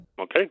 Okay